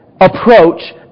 approach